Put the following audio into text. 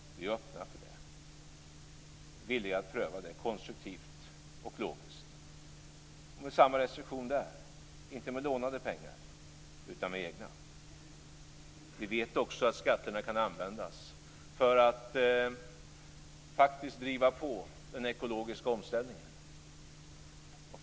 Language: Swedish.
Vi är öppna för det och villiga att pröva det konstruktivt och logiskt. Det är samma restriktion där. Det skall inte ske med lånade pengar utan med egna. Vi vet också att skatterna kan användas för att driva på den ekologiska omställningen.